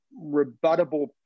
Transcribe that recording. rebuttable